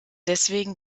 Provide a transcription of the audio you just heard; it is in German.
deswegen